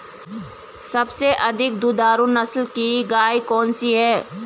सबसे अधिक दुधारू नस्ल की गाय कौन सी है?